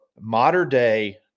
modern-day